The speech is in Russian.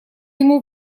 ему